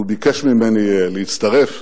והוא ביקש ממני להצטרף